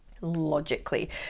Logically